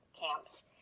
camps